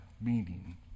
meaning